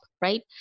right